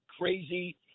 crazy